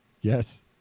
Yes